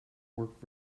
work